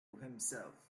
himself